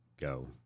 go